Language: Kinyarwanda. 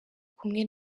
kumwe